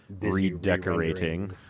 redecorating